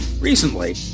Recently